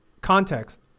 context